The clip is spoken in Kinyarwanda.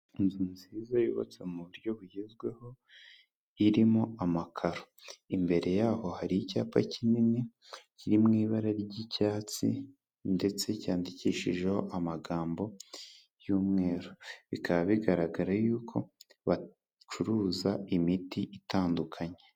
Inzu nziza yubatse mu buryo bugezweho, irimo amakaro, imbere yaho hari icyapa kinini, kiri mu ibara ry'icyatsi ndetse cyandikishijeho amagambo y'umweru, bikaba bigaragara y'uko bacuruza imiti itandukanye.